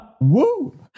Woo